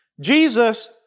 Jesus